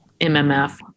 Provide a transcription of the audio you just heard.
MMF